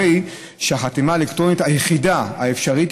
הרי שהחתימה האלקטרונית היחידה האפשרית